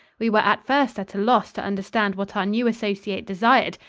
we were at first at a loss to understand what our new associate desired,